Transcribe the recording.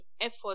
effort